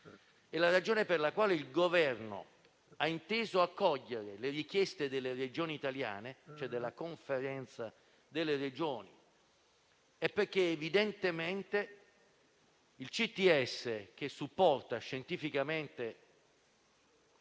ha avuto successo. Il Governo ha inteso accogliere le richieste delle Regioni italiane e della Conferenza delle Regioni perché evidentemente il CTS, che supporta scientificamente